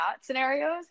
scenarios